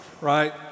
right